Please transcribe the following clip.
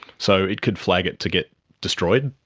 so it could flag it to get destroyed,